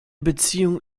beziehung